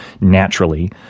naturally